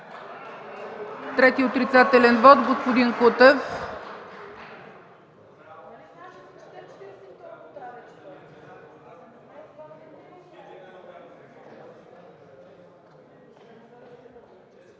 Трети отрицателен вот – господин Кутев.